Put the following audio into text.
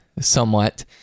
somewhat